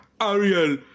Ariel